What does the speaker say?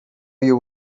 you